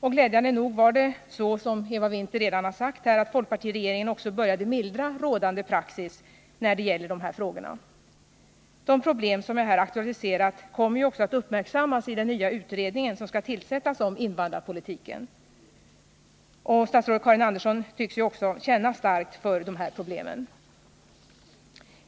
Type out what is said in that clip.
Och glädjande nog var det så, som Eva Winther redan har sagt, att folkpartiregeringen också började mildra rådande praxis när det gäller de här frågorna. De problem som jag här aktualiserar kommer ju också att uppmärksammas i den nya utredning som skall tillsättas om invandrarpolitiken, och statsrådet Karin Andersson tycks också känna starkt för de här problemen.